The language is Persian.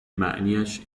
معنیاش